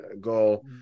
goal